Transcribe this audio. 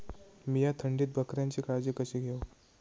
मीया थंडीत बकऱ्यांची काळजी कशी घेव?